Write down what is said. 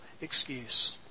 excuse